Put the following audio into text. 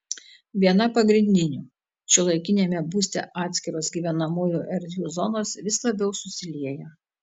viena pagrindinių šiuolaikiniame būste atskiros gyvenamųjų erdvių zonos vis labiau susilieja